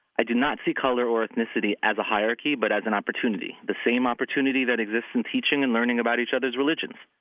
i do not see color or ethnicity as a hierarchy, but as an opportunity, the same opportunity that exists in teaching and learning about each other's religions.